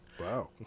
Wow